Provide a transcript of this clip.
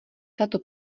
tato